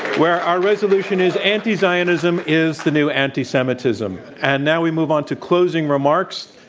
where our resolution is, anti-zionism is the new anti-semitism. and now we move on to closing remarks.